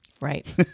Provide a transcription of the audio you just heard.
Right